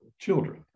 children